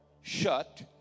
shut